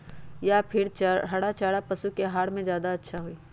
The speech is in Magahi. या फिर हरा चारा पशु के आहार में ज्यादा अच्छा होई?